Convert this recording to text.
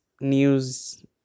news